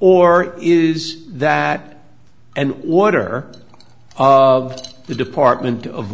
or is that an order of the department of